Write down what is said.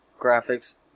graphics